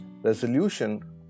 resolution